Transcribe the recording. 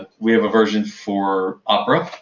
ah we have a version for opera,